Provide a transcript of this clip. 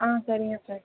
ஆ சரிங்க சார்